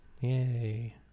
yay